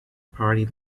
party